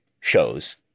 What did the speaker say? shows